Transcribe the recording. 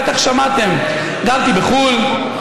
בטח שמעתם: גרתי בחו"ל,